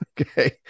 okay